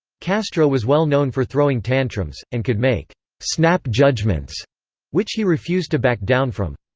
castro was well known for throwing tantrums, and could make snap judgements which he refused to back down from.